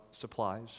supplies